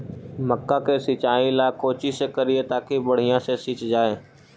मक्का के सिंचाई ला कोची से करिए ताकी बढ़िया से सींच जाय?